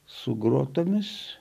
su grotomis